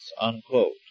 unquote